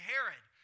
Herod